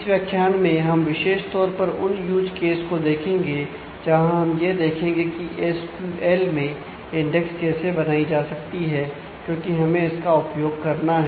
इस व्याख्यान में हम विशेष तौर पर उन यूज़ केस करना है